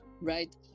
right